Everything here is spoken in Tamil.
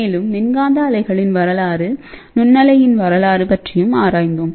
மேலும் மின்காந்த அலைகளின் வரலாறு நுண்ணலை வரலாறு பற்றியும் ஆராய்ந்தோம்